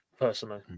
personally